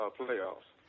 playoffs